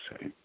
say